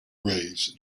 raised